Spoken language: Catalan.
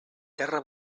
terra